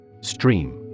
Stream